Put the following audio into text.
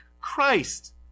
Christ